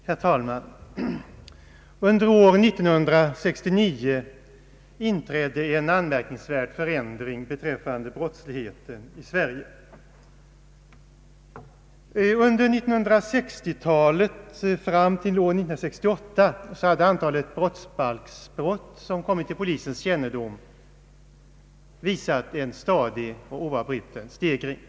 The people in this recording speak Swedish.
Herr talman! Under år 1969 inträdde en anmärkningsvärd förändring beträffande brottsligheten i Sverige. Under 1960-talet, fram till år 1968, hade antalet brottsbalksbrott som kommit till polisens kännedom visat en stadig och oavbruten stegring.